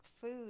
food